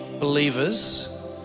believers